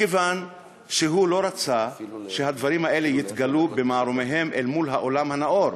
מכיוון שהוא לא רצה שהדברים האלה יתגלו במערומיהם אל מול העולם הנאור,